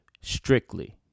strictly